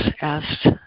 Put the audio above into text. asked